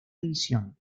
división